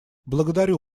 благодарю